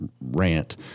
rant